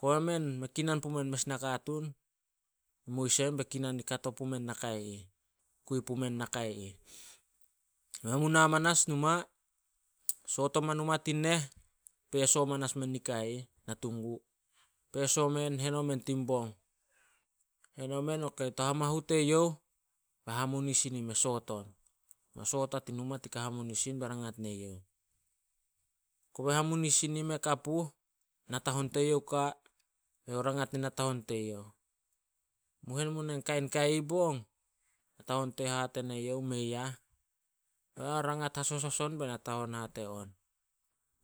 Koba men, mei kinan pumen me nakatuun, mois emen be kinan ru kato pumen nakai ihi. Kui pumen nakai ih. Men mu na manas numa, soot oma numa tin neh, peso manas men nikai ih, na tun gu. Peso men, hen omen tin bong. Hen omen, ok, to hamahu teyouh. Bai hamunisin i ih me soot on. Me soot a tin numa tin gahamunisin be rangat neyouh. Kobe hamunisin i ih mea ka puh, natahon teyouh ka, beyouh rangat nin natahon teyouh, "Mu hen mu nah kain kai ih bong?" natahon teyouh hate neyouh, "Mei ah." Rangat hasosos on bei natahon hate on,